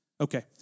Okay